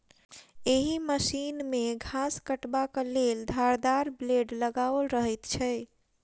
एहि मशीन मे घास काटबाक लेल धारदार ब्लेड लगाओल रहैत छै